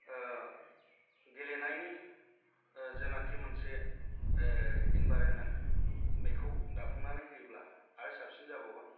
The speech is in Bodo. गेलेनायनि जानाखि मोनसे एनभारनमेन्ट बेखौ दाफुंनानै होयोब्ला आरो साबसिन जाबावगोन